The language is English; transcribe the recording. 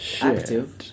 active